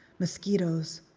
mosquitoes.